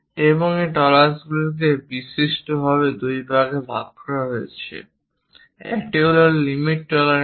এবং এই টলারেন্সগুলিকে বিস্তৃতভাবে দুটি ভাগে ভাগ করা হয়েছে একটি হল লিমিট টলারেন্স